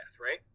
right